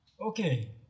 Okay